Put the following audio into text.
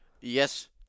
Yes